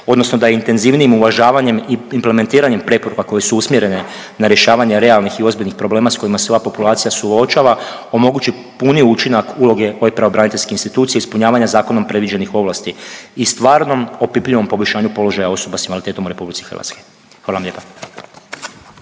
odnosno da intenzivnijim uvažavanjem i implementiranjem preporuka koje su usmjerene na rješavanje realnih i ozbiljnih problema s kojima se ova populacija suočava omogući puniji učinak uloge ove pravobraniteljske institucije ispunjavanja zakonom predviđenih ovlasti i stvarnom opipljivom poboljšanju osoba s invaliditetom u RH. Hvala vam lijepa.